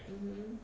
um hmm